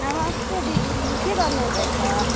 नमस्ते दिदी के गर्नु हुँदैछ